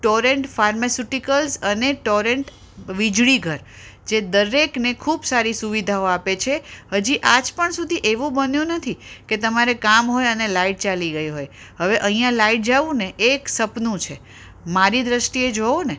Torrent pharmaceuticals અને Torrent વીજળી ઘર જે દરેકને ખૂબ સારી સુવિધાઓ આપે છે હજી આજ પણ સુધી એવું બન્યું નથી કે તમારે કામ હોય અને લાઇટ ચાલી ગઈ હોય હવે અહીંયા લાઇટ જવું ને એ એક સપનું છે મારી દૃષ્ટિએ જુઓ ને